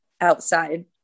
outside